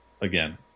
again